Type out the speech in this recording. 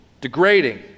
degrading